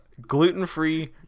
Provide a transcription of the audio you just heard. gluten-free